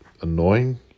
annoying